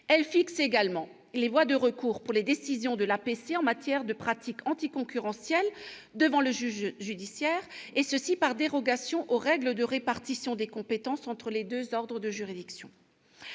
elle fixe les voies de recours pour les décisions de l'APC en matière de pratiques anticoncurrentielles, devant le juge judiciaire, par dérogation aux règles de répartition des compétences entre les deux ordres de juridiction.